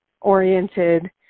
oriented